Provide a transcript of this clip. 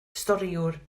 storïwr